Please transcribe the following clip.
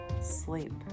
sleep